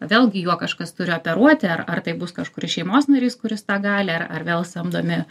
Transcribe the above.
vėlgi juo kažkas turi operuoti ar ar tai bus kažkuris šeimos narys kuris tą gali ar ar vėl samdomi